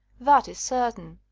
that is certain.